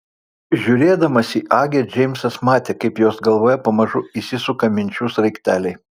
žiūrėdamas į agę džeimsas matė kaip jos galvoje pamažu įsisuka minčių sraigteliai